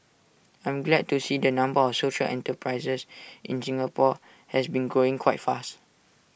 I'm glad to see the number of social enterprises in Singapore has been growing quite fast